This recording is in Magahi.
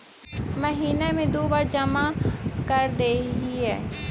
महिना मे दु बार जमा करदेहिय?